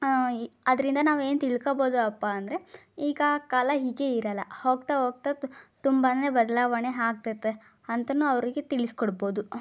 E ಅದರಿಂದ ನಾವೇನು ತಿಳ್ಕೊಬೌದು ಅಪ್ಪ ಅಂದರೆ ಈಗ ಕಾಲ ಹೀಗೆ ಇರೋಲ್ಲ ಹೋಗ್ತಾ ಹೋಗ್ತಾ ತು ತುಂಬಾ ಬದಲಾವಣೆ ಆಗ್ತೇತೆ ಅಂತನೂ ಅವರಿಗೆ ತಿಳಿಸಿಕೊಡ್ಬೋದು